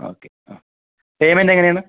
okay ആ payment എങ്ങനെയാണ്